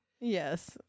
yes